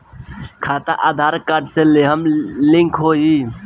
खाता आधार कार्ड से लेहम लिंक होई?